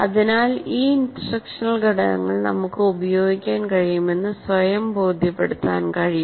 അതിനാൽ ഈ ഇൻസ്ട്രക്ഷണൽ ഘടകങ്ങൾ നമുക്ക് ഉപയോഗിക്കാൻ കഴിയുമെന്ന് സ്വയം ബോധ്യപ്പെടുത്താൻ കഴിയും